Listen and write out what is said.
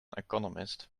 economist